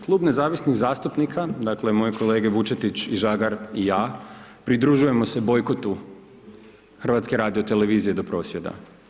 Klub nezavisnih zastupnika, dakle, moji kolege Vučetić i Žagar i ja, pridružujemo se bojkotu HRT-a do prosvjeda.